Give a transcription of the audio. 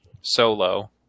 solo